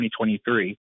2023